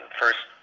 first